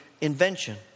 invention